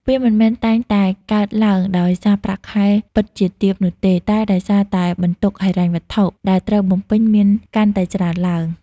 វាមិនមែនតែងតែកើតឡើងដោយសារប្រាក់ខែពិតជាទាបនោះទេ តែដោយសារតែបន្ទុកហិរញ្ញវត្ថុដែលត្រូវបំពេញមានកាន់តែច្រើនឡើង។